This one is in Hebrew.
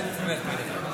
אולי אני אתווך ביניכם.